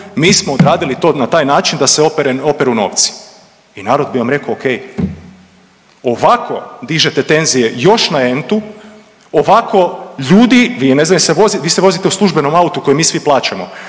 mi smo odradili to na taj način da se operu novci. I narod bi vam rekao ok. Ovako dižete tenzije još na entu, ovako ljudi, vi ne znam jel se vozite, vi se vozite u službenom autu koji mi svi plaćamo,